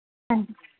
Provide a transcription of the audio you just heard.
ਹਾਂਜੀ